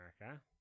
America